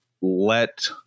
let